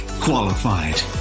qualified